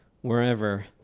wherever